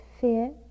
fear